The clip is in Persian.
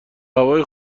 هوای